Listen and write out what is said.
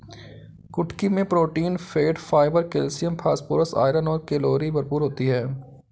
कुटकी मैं protein, fat, fibre, calcium, phosphorus, iron और कैलोरी भरपूर होती है